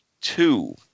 two